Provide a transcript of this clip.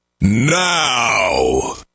now